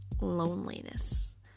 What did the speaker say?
loneliness